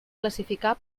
classificar